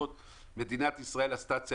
מדינת ישראל עשתה צעדים,